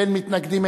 אין מתנגדים,